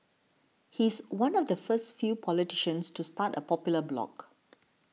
he's one of the first few politicians to start a popular blog